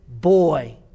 boy